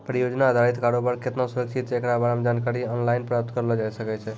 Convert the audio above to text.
परियोजना अधारित कारोबार केतना सुरक्षित छै एकरा बारे मे जानकारी आनलाइन प्राप्त करलो जाय सकै छै